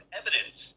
evidence